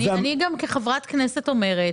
כחברת כנסת אני אומרת,